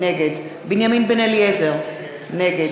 נגד בנימין בן-אליעזר, נגד